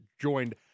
joined